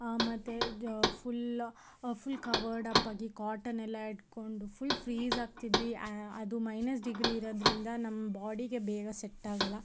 ಮತ್ತು full full covered up ಆಗಿ cotton ಎಲ್ಲ ಇಟ್ಟುಕೊಂಡು ಫುಲ್ ಫ್ರೀಜ್ ಆಗ್ತಿದ್ವಿ ಅದು ಮೈನಸ್ ಡಿಗ್ರಿ ಇರೋದ್ರಿಂದ ನಮ್ಮ ಬಾಡಿಗೆ ಬೇಗ ಸೆಟ್ಟಾಗೋಲ್ಲ